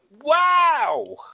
wow